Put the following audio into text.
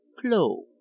Clo